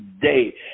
day